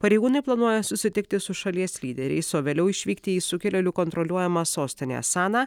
pareigūnai planuoja susitikti su šalies lyderiais o vėliau išvykti į sukilėlių kontroliuojamą sostinę saną